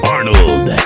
Arnold